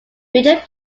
major